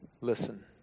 Listen